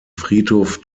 friedhof